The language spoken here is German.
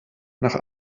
nach